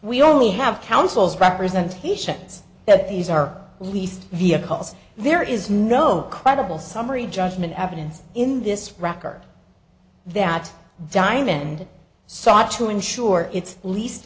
we only have counsel's representations that these are least vehicles there is no credible summary judgment evidence in this record that diamond sought to ensure it's least